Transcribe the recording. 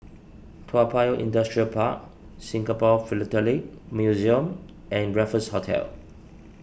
Toa Payoh Industrial Park Singapore Philatelic Museum and Raffles Hotel